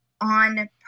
on